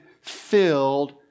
filled